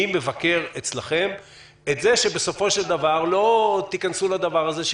מי מבקר אצלכם את זה שבסופו של דבר לא תיכנסו לדבר הזה,